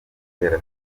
itera